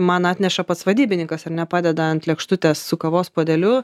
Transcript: man atneša pats vadybininkas ar ne padeda ant lėkštutės su kavos puodeliu